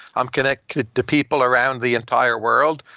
i'm connected to people around the entire world.